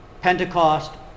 pentecost